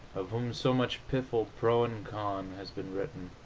of whom so much piffle, pro and con, has been written,